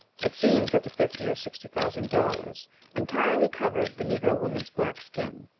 it seems that the fifty or sixty thousand dollars entirely covered the negro woman's black skin,